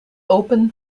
open